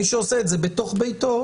מי שעושה את זה בתוך ביתו,